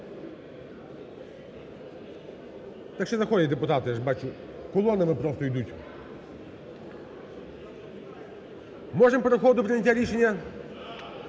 Так ще заходять депутати, я ж бачу. Колонами просто ідуть. Можемо переходити до прийняття рішення?